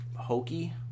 hokey